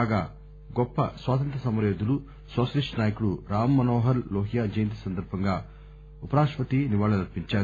కాగా గొప్ప స్వాతంత్ర్య సమరయోధులు నోషలిస్ట్ నాయకుడు రామ్ మనోహర్ లోహియా జయంతి సందర్బంగా ఉపరాష్టపతి నివాళులర్పించారు